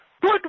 Good